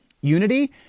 unity